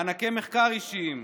מענקי מחקר אישיים,